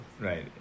right